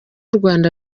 rwanda